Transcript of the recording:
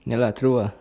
ya lah true lah